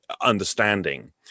understanding